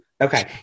Okay